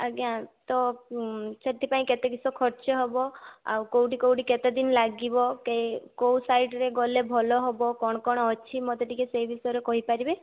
ଆଜ୍ଞା ତ ସେଥିପାଇଁ କେତେ କିସ ଖର୍ଚ୍ଚ ହବ ଆଉ କେଉଁଠି କେଉଁଠି କେତେ ଦିନ ଲାଗିବ କେ କେଉଁ ସାଇଟରେ ଗଲେ ଭଲ ହବ କ'ଣ କ'ଣ ଅଛି ମୋତେ ଟିକିଏ ସେହି ବିଷୟରେ କହି ପାରିବେ